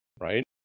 Right